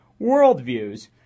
worldviews